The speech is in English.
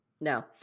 No